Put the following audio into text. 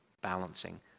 balancing